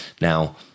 Now